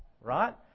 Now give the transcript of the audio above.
right